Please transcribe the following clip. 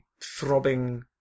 throbbing